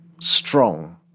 strong